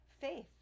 faith